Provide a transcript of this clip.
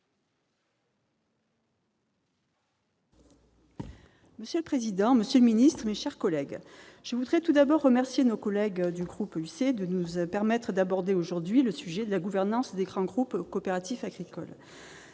Monsieur le président, monsieur le ministre, mes chers collègues, je voudrais tout d'abord remercier nos collègues du groupe Union Centriste de nous permettre d'aborder, aujourd'hui, le sujet de la gouvernance des grands groupes coopératifs agricoles.